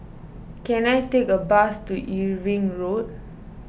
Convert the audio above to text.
can I take a bus to Irving Road